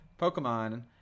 Pokemon